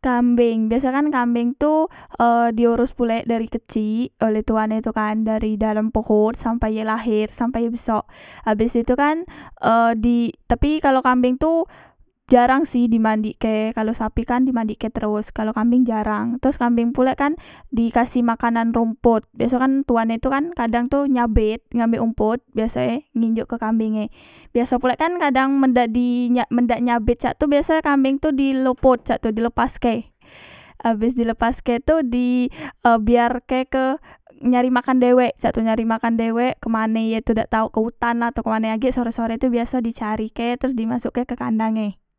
kambeng biaso kan kambeng tu e di oros pulek dari kecik oleh tuane tu kan dari dalam pehot sampai ye laher sampai besok abes itu kan e di tapi kalo kambeng tu jarang si di mandikke kalo sapi kan dimandikke teros kalo kambeng jarang teros kambeng pulek kan dikasih makanan rompot biaso e kan tuan e tu nyambet ngambek rompot biaso e nginjok ke kambing e biaso pulek kan kadang men dak di nyak men dak nyabet cak tu biaso e kambeng tu lopot cak tu dilepaske abes dilepaske tu di e biarke ke nyari makan dewek cak tu nyari makan dewek kemane ye tu dak tau ke utanla atau kemane agek sore sore biaso tu dicarike abes itu di masok ke kandange